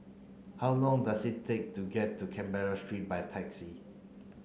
how long does it take to get to Canberra Street by taxi